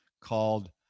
called